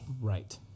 Right